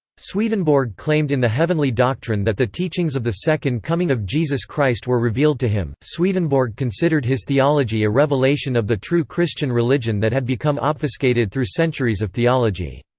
swedenborg claimed in the heavenly doctrine that the teachings of the second coming of jesus christ were revealed to him swedenborg considered his theology a revelation of the true christian religion that had become obfuscated through centuries of theology.